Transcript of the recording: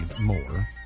more